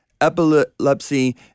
epilepsy